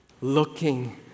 looking